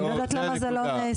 אני לא יודעת למה זה לא נעשה.